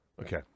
Okay